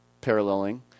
paralleling